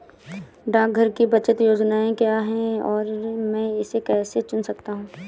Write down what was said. डाकघर की बचत योजनाएँ क्या हैं और मैं इसे कैसे चुन सकता हूँ?